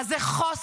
מה זה חוסן,